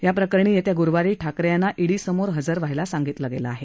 या प्रकरणी येत्या ग्रुवारी ठाकरे यांना ईडी समोर हजर व्हायला सांगितलं आहे